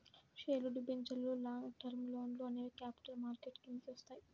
షేర్లు, డిబెంచర్లు, long term లోన్లు అనేవి క్యాపిటల్ మార్కెట్ కిందికి వత్తయ్యి